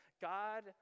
God